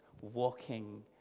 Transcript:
walking